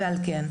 ועל כן,